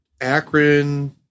Akron